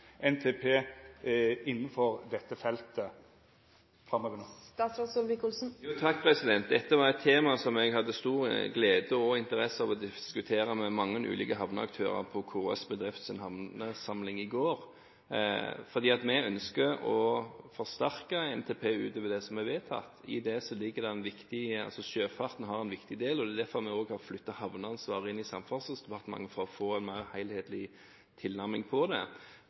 NTP innanfor dette feltet? Dette var et tema som jeg hadde stor glede og interesse av å diskutere med mange ulike havneaktører på KS Bedrifts havnesamling i går. Vi ønsker å forsterke NTP utover det som er vedtatt. I det har sjøfarten en viktig del, og det er derfor vi også har flyttet havneansvaret inn i Samferdselsdepartementet – for å få en mer helhetlig tilnærming på det. Får en mer gods over på sjø, betyr det noe for slitasje på veier, det betyr noe for kapasitetsbehovet på veiene. Og alt det